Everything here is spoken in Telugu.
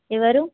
ఎవరు